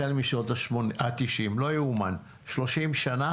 החל משנות ה-90', לא יאומן! 30 שנה